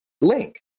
link